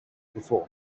before